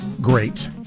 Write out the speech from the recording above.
great